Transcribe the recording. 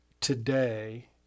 today